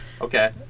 Okay